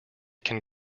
can